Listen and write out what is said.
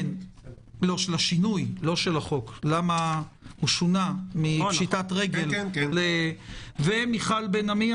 ומיכל בן-עמי,